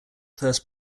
first